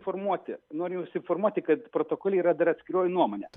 formuoti noriu jus informuoti kad protokole yra dar atskiroji nuomonė